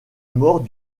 mort